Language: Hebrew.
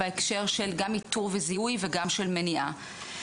בהקשר של גם איתור וזיהוי וגם של מניעה.